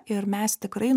ir mes tikrai